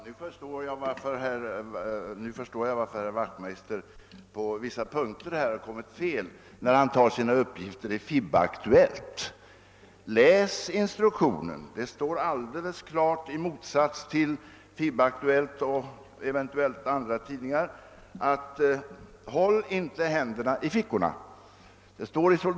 Herr talman! Nu förstår jag varför herr Wachtmeister har kommit fel på vissa punkter när han tar sina uppgifter ur FiB-Aktuellt. Läs soldatinstruktionen! Där står i motsats till i FiB-Aktuellt och i eventuellt andra tidningar: Håll inte händerna i fickorna!